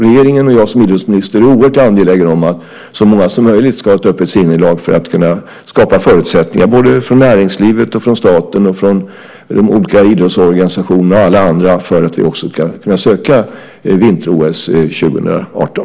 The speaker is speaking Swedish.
Regeringen och jag som idrottsminister är oerhört angelägen om att så många som möjligt ska ha ett öppet sinnelag för att kunna skapa förutsättningar, både från näringslivet, från staten, från de olika idrottsorganisationerna och alla andra, för att vi också ska kunna söka vinter-OS 2018.